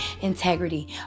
integrity